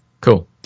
cool